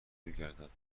گردد